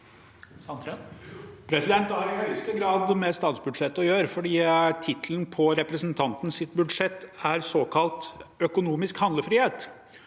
Det har i høyeste grad med statsbudsjettet å gjøre, fordi tittelen på representantens budsjett er såkalt økonomisk handlefrihet.